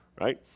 right